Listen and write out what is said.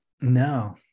No